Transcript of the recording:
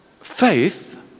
Faith